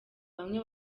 bamwe